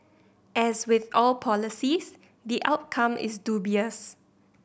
as with all policies the outcome is dubious